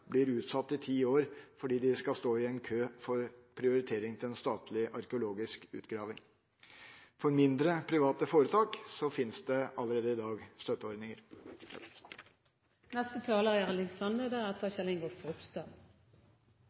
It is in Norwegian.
blir utsatt i ti år fordi de skal stå i en kø for prioritering av en statlig arkeologisk utgraving. For mindre private foretak fins det allerede i dag støtteordninger.